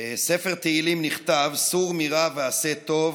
בספר תהילים נכתב: "סור מרע ועשה טוב,